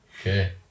okay